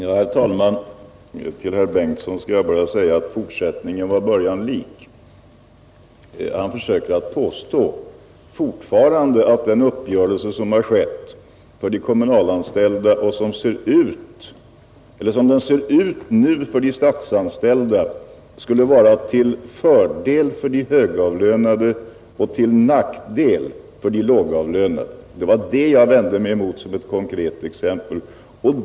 Herr talman! Till herr Bengtson skall jag bara säga att fortsättningen var början lik. Han försöker fortfarande göra gällande att den uppgörelse som träffats för de kommunalanställda och som nu ser ut att träffas även för de statsanställda skulle vara till fördel för de högavlönade och till nackdel för de lågavlönade. Det var detta jag vände mig emot som ett konkret exempel.